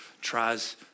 tries